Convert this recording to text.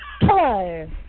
Hello